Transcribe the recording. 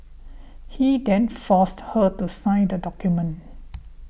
he then forced her to sign the document